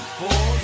four